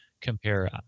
compare